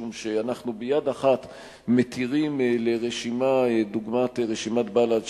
משום שאנחנו ביד אחת מתירים לרשימה דוגמת רשימת בל"ד,